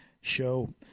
show